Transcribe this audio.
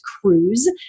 Cruise